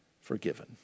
forgiven